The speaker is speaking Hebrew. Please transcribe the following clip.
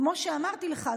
כמו שאמרתי לך,